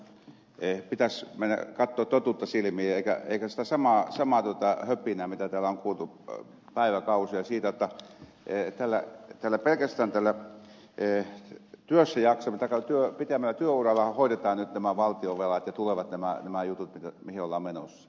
ahonen pitäisi mennä katsomaan totuutta silmiin eikä puhua sitä samaa höpinää mitä täällä on kuultu päiväkausia siitä jotta pelkästään tällä pitemmällä työuralla hoidetaan nyt nämä valtionvelat ja tulevat jutut mihin ollaan menossa